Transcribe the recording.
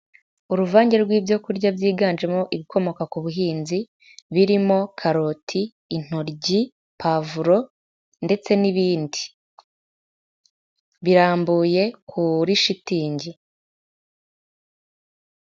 Uruvange rw'ibyo kurya byiganjemo ibikomoka ku buhinzi, birimo karoti, intoryi, pavuro ndetse n'ibindi, birambuye kuri shitingi